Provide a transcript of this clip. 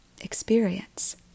experience